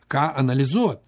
ką analizuot